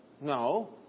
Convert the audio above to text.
No